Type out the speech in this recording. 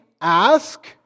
ask